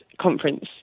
conference